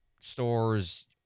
stores